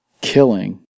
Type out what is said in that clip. killing